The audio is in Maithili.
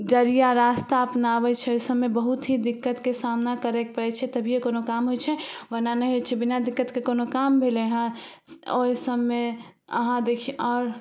जरिया रास्ता अपनाबय छै ओ सबमे बहुत ही दिक्कतके सामना करयके पड़य छै तभिये कोनो काम होइ छै वरना नहि होइ छै बिना दिक्कतके कोनो काम भेलै हँ ओइ सबमे अहाँ देखि आओर